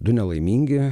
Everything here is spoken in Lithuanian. du nelaimingi